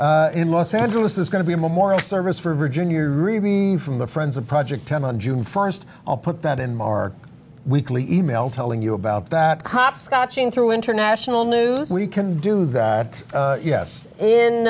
us in los angeles there's going to be a memorial service for virginia from the friends of project and on june first i'll put that in mark weekly e mail telling you about that cop scotching through international news we can do that yes in